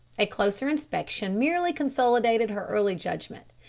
a closer inspection merely consolidated her earlier judgment.